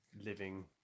living